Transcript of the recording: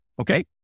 Okay